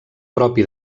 propi